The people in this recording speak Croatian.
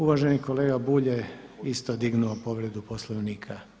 Uvaženi kolega Bulj je isto dignuo povredu Poslovnika.